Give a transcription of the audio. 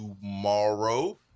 tomorrow